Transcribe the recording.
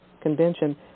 convention